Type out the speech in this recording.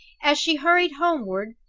as she hurried homeward,